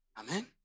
Amen